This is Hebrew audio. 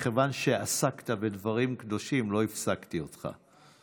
כיוון שעסקת בדברים קדושים, לא הפסקתי אותך.